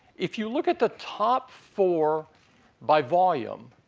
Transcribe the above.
if you look at the top four by volume,